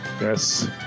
Yes